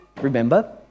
remember